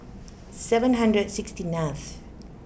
seven hundred sixty ninth